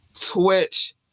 Twitch